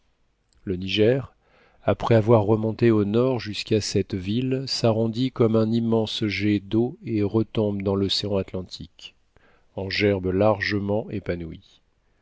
le niger après avoir remonté au nord jusqu'à cette ville s'arrondit comme un immense jet d'eau et retombe dans l'océan atlantique en gerbe largement épanouie